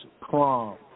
prom